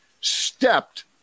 stepped